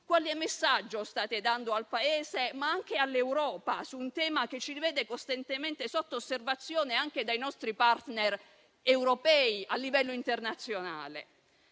Quale messaggio state dando al Paese, ma anche all'Europa, su un tema che ci vede costantemente sotto osservazione anche dai nostri *partner* europei a livello internazionale?